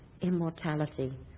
immortality